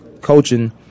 coaching